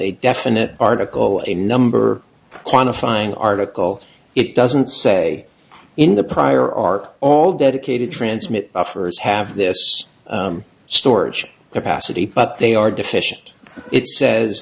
a definite article a number of quantifying article it doesn't say in the prior are all dedicated transmit offers have this storage capacity but they are deficient it says